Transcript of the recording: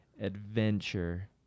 Adventure